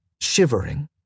shivering